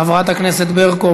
חברת הכנסת ברקו,